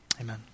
amen